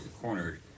cornered